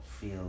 feel